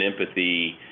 empathy